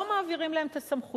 לא מעבירים להם את הסמכויות,